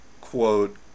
quote